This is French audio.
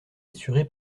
assuré